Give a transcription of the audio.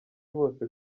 bose